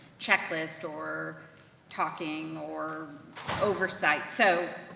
checklist, or talking or oversight, so,